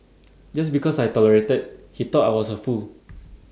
just because I tolerated he thought I was A fool